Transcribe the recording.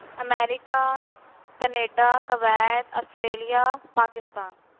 America Canada Kuwait Australia Pakistan